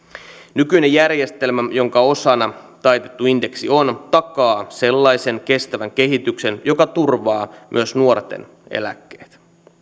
nykyinen järjestelmä jonka osana taitettu indeksi on takaa sellaisen kestävän kehityksen joka turvaa myös nuorten eläkkeet